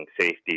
safety